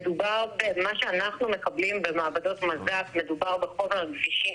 מה שאנחנו מקבלים במעבדות מז"פ זה החומר הגבישי,